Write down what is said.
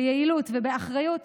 ביעילות ובאחריות,